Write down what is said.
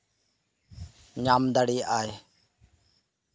ᱧᱟᱢ ᱫᱟᱲᱮ ᱟᱜ ᱟᱭ